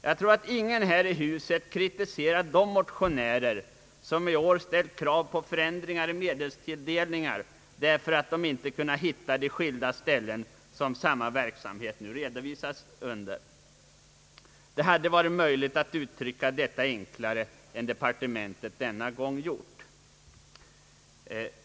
Ingen i riksdagens kamrar torde vilja kritisera de motionärer som i år ställt krav på förändringar i medelstilldelningar därför att de inte kunnat finna de skilda avsnitt där en och samma verksamhet redovisas. Det hade varit möjligt att uttrycka den här saken enklare än departementet denna gång gjort.